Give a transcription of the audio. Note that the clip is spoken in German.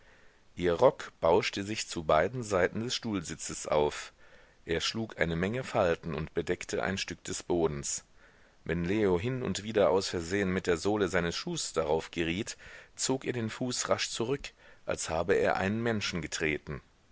ihr rock bauschte sich zu beiden seiten des stuhlsitzes auf er schlug eine menge falten und bedeckte ein stück des bodens wenn leo hin und wieder aus versehen mit der sohle seines schuhes darauf geriet zog er den fuß rasch zurück als habe er einen menschen getreten